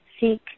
seek